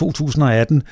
2018